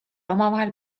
omavahel